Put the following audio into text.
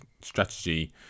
strategy